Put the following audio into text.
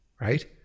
right